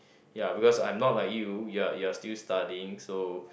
ya because I'm not like you you're you're still studying so